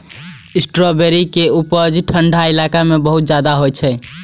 strawberry के उपज ठंढा इलाका मे बहुत ज्यादा होइ छै